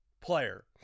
player